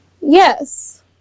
Yes